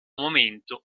momento